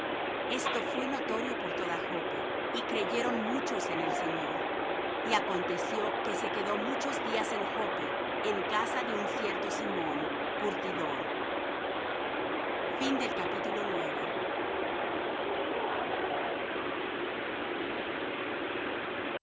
esto fué notorio por toda joppe y creyeron muchos en el señor y aconteció que se quedó muchos días en joppe en casa de un cierto simón curtidor y